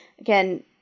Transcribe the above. again